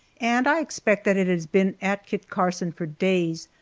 and i expect that it has been at kit carson for days,